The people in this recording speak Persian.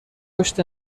پشت